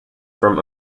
from